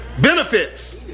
benefits